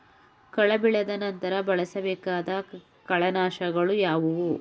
ಕಳೆ ಬೆಳೆದ ನಂತರ ಬಳಸಬೇಕಾದ ಕಳೆನಾಶಕಗಳು ಯಾವುವು?